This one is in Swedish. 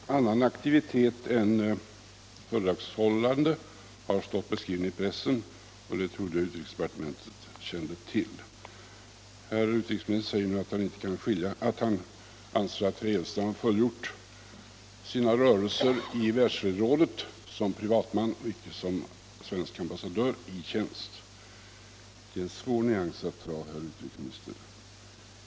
Herr talman! Annan aktivitet än föredragshållande har stått beskriven i pressen, och det trodde jag utrikesdepartementet kände till. Herr utrikesministern säger nu att han anser att herr Edelstam fullgjort sin verksamhet i Världsfredsrådet som privatman och icke som svensk ambassadör i tjänst. Det är en svår gräns att dra, herr utrikesminister.